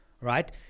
right